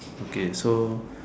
okay so